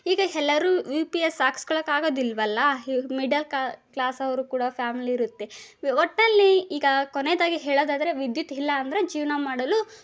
ಹೀಗೆ ಎಲ್ಲಾರು U P S ಹಾಕ್ಸ್ಕೊಳ್ಳೋಕ್ಕಾಗೋದಿಲ್ವಲ್ಲ ಇವು ಮಿಡಲ್ ಕ ಕ್ಲಾಸವರು ಕೂಡ ಫ್ಯಾಮಿಲಿ ಇರುತ್ತೆ ಒಟ್ಟಲ್ಲಿ ಈಗ ಕೊನೆಯದಾಗಿ ಹೇಳೋದಾದರೆ ವಿದ್ಯುತ್ ಇಲ್ಲ ಅಂದರೆ ಜೀವನ ಮಾಡಲು